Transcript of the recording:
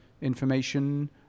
information